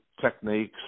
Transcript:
techniques